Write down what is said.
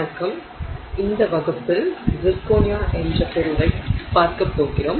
வணக்கம் இந்த வகுப்பில் சிர்கோனியா என்ற பொருளைப் பார்க்கப் போகிறோம்